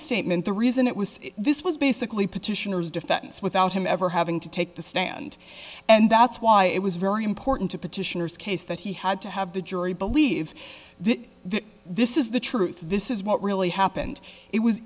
statement the reason it was this was basically petitioner's defense without him ever having to take the stand and that's why it was very important to petitioners case that he had to have the jury believe that this is the truth this is what really happened it was